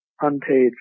unpaid